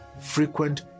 frequent